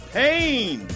pain